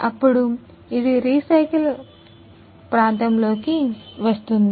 అప్పుడు అది రీసైకిల్ ప్రాంతంలోకి వస్తుంది